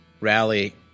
rally